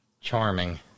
Charming